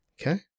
Okay